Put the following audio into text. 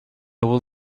will